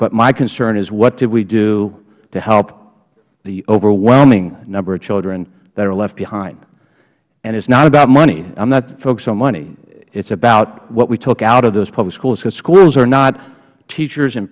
but my concern is what did we do to help the overwhelming number of children that are left behind and it is not about money i am not focused on money it is about what we took out of those public schools because schools are not teachers and